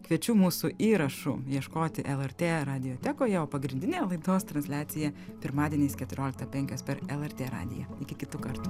kviečiu mūsų įrašų ieškoti lrt radijo tekoje o pagrindinė laidos transliacija pirmadieniais keturioliktą penkios per lrt radiją iki kitų kartų